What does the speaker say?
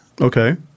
Okay